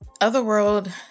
Otherworld